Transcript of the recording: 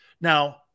now